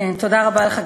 כן, תודה רבה לך.